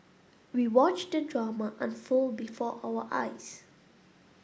we watched the drama unfold before our eyes